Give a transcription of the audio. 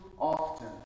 often